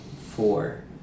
four